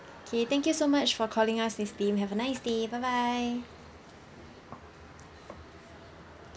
okay thank you so much for calling us miss lim have a nice day bye bye